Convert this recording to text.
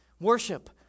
worship